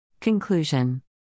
Conclusion